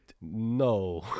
No